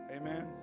Amen